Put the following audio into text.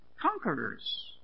conquerors